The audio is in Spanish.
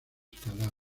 cadáveres